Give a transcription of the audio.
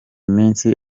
minsi